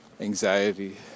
Anxiety